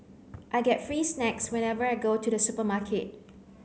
I get free snacks whenever I go to the supermarket